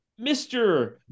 Mr